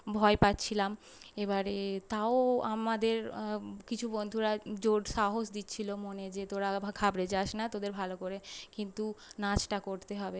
ভয় পাচ্ছিলাম এবারে তাও আমাদের কিছু বন্ধুরা জোর সাহস দিচ্ছিল মনে যে তোরা ঘাবড়ে যাস না তোদের ভালো করে কিন্তু নাচটা করতে হবে